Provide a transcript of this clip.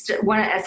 one